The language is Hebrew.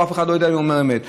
ואף אחד לא יודע אם הוא אומר אמת.